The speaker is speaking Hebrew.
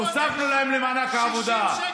הוספנו להם למענק העבודה,